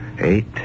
Eight